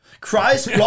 Christ